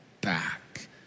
back